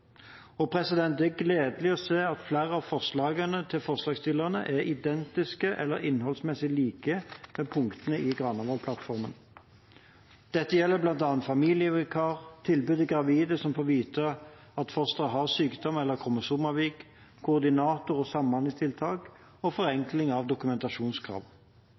Det er gledelig å se at flere av forslagene til forslagsstillerne er identiske med eller innholdsmessig lik punktene i Granavolden-plattformen. Dette gjelder bl.a. familievikar, tilbud til gravide som får vite at fosteret har sykdom eller kromosomavvik, koordinator- og samhandlingstiltak og forenkling av dokumentasjonskrav.